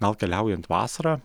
gal keliaujant vasarą